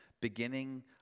beginning